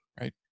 Right